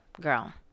Girl